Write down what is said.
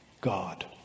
God